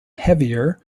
heavier